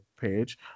page